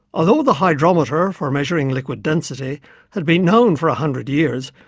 although the hydrometer for measuring liquid density had been known for a hundred years,